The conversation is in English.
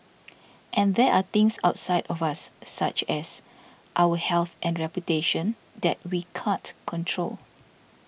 and there are things outside of us such as our health and reputation that we can't control